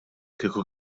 kieku